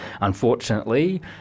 unfortunately